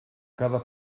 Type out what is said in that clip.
cada